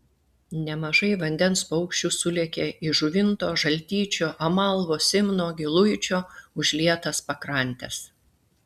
nemažai vandens paukščių sulėkė į žuvinto žaltyčio amalvo simno giluičio užlietas pakrantes